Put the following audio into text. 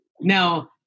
Now